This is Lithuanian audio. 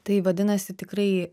tai vadinasi tikrai